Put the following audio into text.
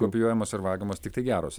kopijuojamos ir vagiamos tiktai geros